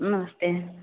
नमस्ते